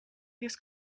his